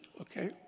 okay